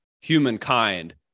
humankind